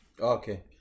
Okay